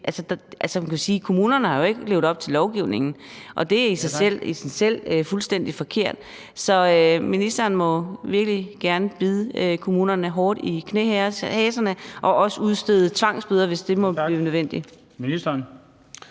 kommunerne har jo ikke levet op til lovgivningen, og det er i sig selv essentielt fuldstændig forkert. Så ministeren må virkelig gerne bide kommunerne hårdt i haserne og også udstede tvangsbøder, hvis det måtte blive nødvendigt.